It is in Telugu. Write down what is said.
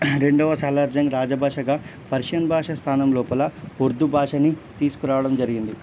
రెండవ సాలార్జంగ్ రాజ భాషగా పర్షియన్ భాష స్థానం లోపల ఉర్దూ భాషని తీసుకురావడం జరిగింది